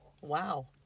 Wow